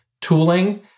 tooling